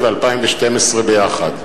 שקיבלת אתה מצביע על תקציב 2011 ו-2012 ביחד.